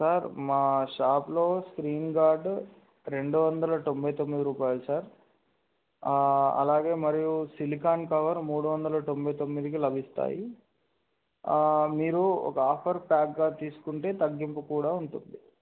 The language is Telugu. సార్ మా షాప్లో స్క్రీన్ గార్డు రెండు వందల తొంభై తొమ్మిది రూపాయలు సార్ అలాగే మరియు సిలికాన్ కవర్ మూడు వందల తొంభై తొమ్మిదికి లభిస్తాయి మీరు ఒక ఆఫర్ ప్యాక్గా తీసుకుంటే తగ్గింపు కూడా ఉంటుంది